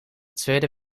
tweede